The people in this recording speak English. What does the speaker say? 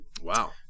Wow